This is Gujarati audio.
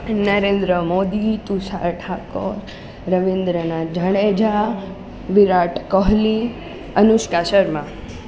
નરેન્દ્ર મોદી તુષાર ઠાકોર રવીન્દ્રનાથ જાડેજા વિરાટ કોહલી અનુષ્કા શર્મા